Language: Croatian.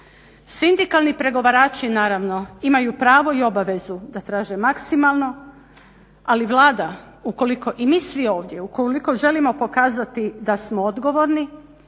Sindikalni pregovarači naravno imaju pravo i obavezu da traže maksimalno ali Vlada ukoliko misli ovdje, ukoliko želimo pokazati da smo odgovorni,